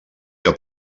que